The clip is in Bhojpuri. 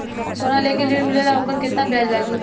सोना लेके ऋण मिलेला वोकर केतना ब्याज लागी?